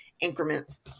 increments